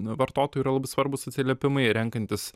vartotojų yra labai svarbūs atsiliepimai renkantis